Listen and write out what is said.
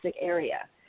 area